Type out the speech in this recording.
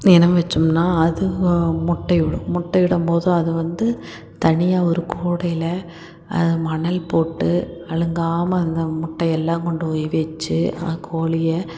இனம் வெச்சோம்னா அது முட்டையிடும் முட்டையிடும்போது அது வந்து தனியாக ஒரு கூடையில் அது மணல் போட்டு அலுங்காமல் அந்த முட்டையெல்லாம் கொண்டு போய் வெச்சு அந்த கோழியை